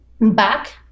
back